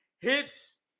hits